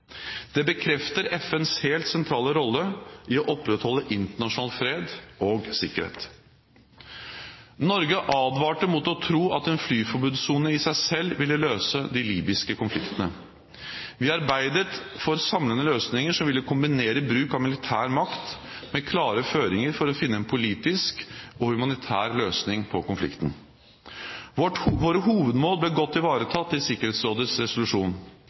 Det bekrefter FNs helt sentrale rolle i å opprettholde internasjonal fred og sikkerhet. Norge advarte mot å tro at en flyforbudssone i seg selv ville løse de libyske konfliktene. Vi arbeidet for samlende løsninger som ville kombinere bruk av militær makt med klare føringer for å finne en politisk og humanitær løsning på konflikten. Våre hovedmål ble godt ivaretatt i Sikkerhetsrådets resolusjon.